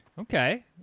Okay